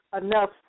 enough